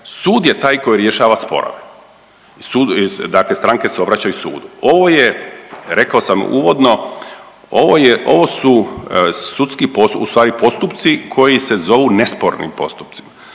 sud je taj koji rješava sporove. Dakle, stranke se obraćaju sudu. Ovo je rekao sam uvodno, ovo je, ovo su sudski postupci, u stvari postupci koji se zovu nespornim postupcima.